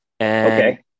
Okay